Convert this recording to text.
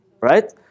Right